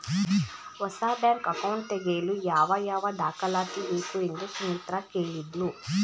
ಹೊಸ bank account ತೆಗೆಯಲು ಯಾವ ಯಾವ ದಾಖಲಾತಿ ಬೇಕು ಎಂದು ಸುಮಿತ್ರ ಕೇಳಿದ್ಲು